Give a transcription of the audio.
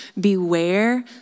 beware